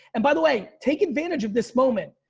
and by the way, take advantage of this moment.